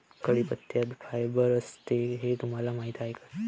कढीपत्त्यात फायबर असते हे तुम्हाला माहीत आहे का?